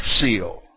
seal